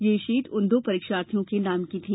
ये शीट उन दो परीक्षार्थियों के नाम की थी